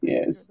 Yes